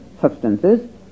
substances